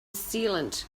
sealant